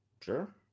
Sure